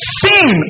sin